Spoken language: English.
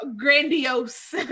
grandiose